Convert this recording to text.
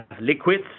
liquids